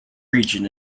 region